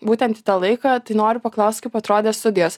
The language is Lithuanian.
būtent į tą laiką tai noriu paklaust kaip atrodė studijos